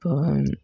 இப்போது